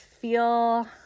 feel